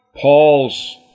Paul's